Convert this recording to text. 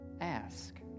Ask